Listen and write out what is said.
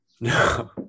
No